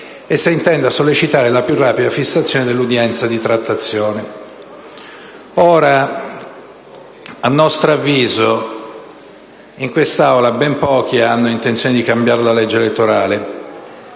e se intenda sollecitare la più rapida fissazione dell'udienza di trattazione. A nostro avviso, in quest'Aula ben pochi hanno intenzione di cambiare la legge elettorale.